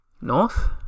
North